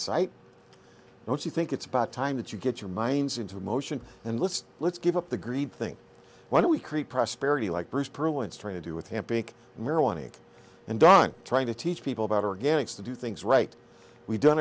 sight don't you think it's about time that you get your minds into motion and let's let's give up the greed thing why don't we create prosperity like bruce pearl once tried to do with him pink marijuana and don trying to teach people about organics to do things right we've done